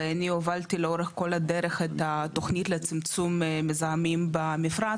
ואני הובלתי לאורך כל הדרך את התוכנית לצמצום מזהמים במפרץ,